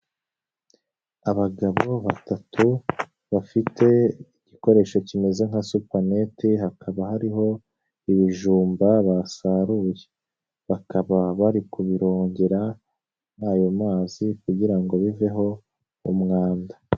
Abagabo batatu bafite igikoresho kimeze nka supanete hakaba hariho ibijumba basaruye, bakaba bari kubirongera muri ayo mazi kugira ngo biveho umwanda.